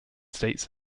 states